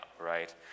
right